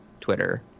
Twitter